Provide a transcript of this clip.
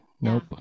Nope